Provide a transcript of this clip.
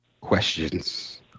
questions